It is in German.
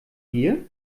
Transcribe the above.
bier